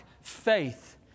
faith